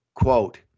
Quote